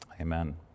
Amen